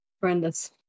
Horrendous